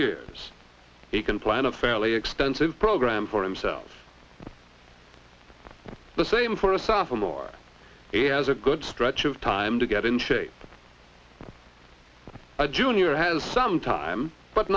years he can plan a fairly extensive program for himself the same for a sophomore he has a good stretch of time to get in shape a junior has some time but